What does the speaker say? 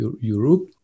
Europe